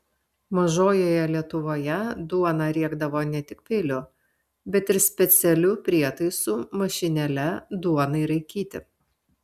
mažojoje lietuvoje duoną riekdavo ne tik peiliu bet ir specialiu prietaisu mašinėle duonai raikyti